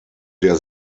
der